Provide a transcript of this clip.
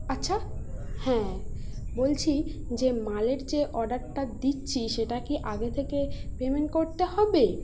আচ্ছা হ্যাঁ বলছি যে মালের যে অর্ডারটা দিচ্ছি সেটা কি আগে থেকে পেমেন্ট করতে হবে